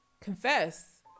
confess